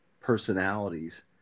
personalities